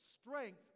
strength